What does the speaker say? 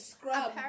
Scrub